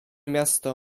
miasto